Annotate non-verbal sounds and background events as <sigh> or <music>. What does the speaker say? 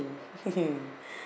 <laughs>